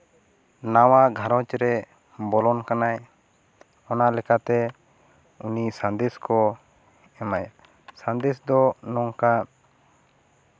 ᱱᱟᱣᱟ ᱜᱷᱟᱨᱚᱸᱡᱽ ᱨᱮ ᱵᱚᱞᱚᱱ ᱠᱟᱱᱟᱭ ᱚᱱᱟ ᱞᱮᱠᱟᱛᱮ ᱩᱱᱤ ᱥᱟᱸᱫᱮᱥ ᱠᱚ ᱮᱢᱟᱭᱟ ᱥᱟᱸᱫᱮᱥ ᱫᱚ ᱱᱚᱝᱠᱟ